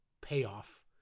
payoff